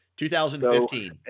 2015